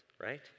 right